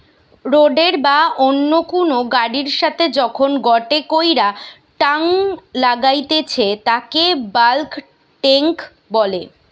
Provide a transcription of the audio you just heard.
রোডের বা অন্য কুনু গাড়ির সাথে যখন গটে কইরা টাং লাগাইতেছে তাকে বাল্ক টেংক বলে